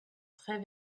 très